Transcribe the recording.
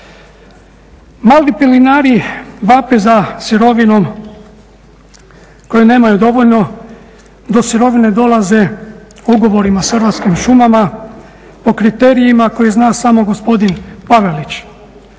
razumije./… vape za sirovinom koje nemaju dovoljno, do sirovine dolaze ugovorima sa Hrvatskim šumama po kriterijima koje zna samo gospodin Pavelić,